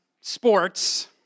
sports